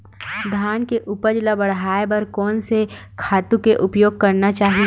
धान के उपज ल बढ़ाये बर कोन से खातु के उपयोग करना चाही?